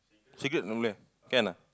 cigarette normally can ah